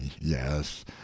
yes